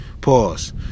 Pause